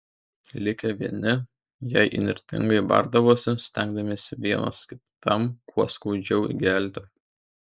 likę vieni jie įnirtingai bardavosi stengdamiesi vienas kitam kuo skaudžiausiai įgelti